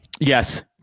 Yes